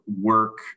work